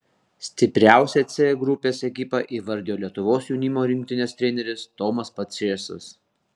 stipriausią c grupės ekipą įvardijo lietuvos jaunimo rinktinės treneris tomas pačėsas